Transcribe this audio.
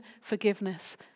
forgiveness